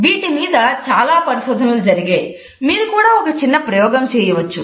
వీటి మీద చాలా పరిశోధనలు జరిగాయి మీరు కూడా ఒక చిన్న ప్రయోగం చేయవచ్చు